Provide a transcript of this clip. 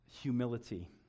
Humility